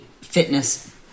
fitness